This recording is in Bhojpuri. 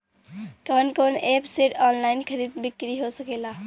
कवन कवन एप से ऑनलाइन खरीद बिक्री हो सकेला?